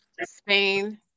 Spain